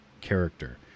character